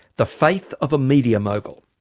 the faith of a media mogul.